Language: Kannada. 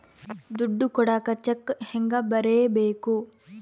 ದುಡ್ಡು ಕೊಡಾಕ ಚೆಕ್ ಹೆಂಗ ಬರೇಬೇಕು?